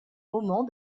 moment